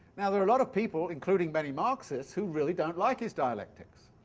now there are a lot of people, including many marxists, who really don't like his dialectics.